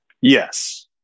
Yes